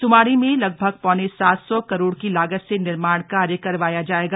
सुमाड़ी में लगभग पौने सात सौ करोड़ की लागत से निर्माण कार्य करवाया जाएगा